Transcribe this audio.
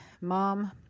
mom